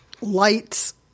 lights